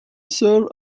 serve